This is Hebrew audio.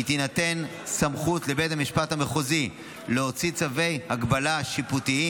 כי תינתן סמכות לבית המשפט המחוזי להוציא צווי הגבלה שיפוטיים,